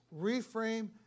Reframe